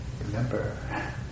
remember